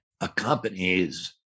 accompanies